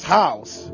house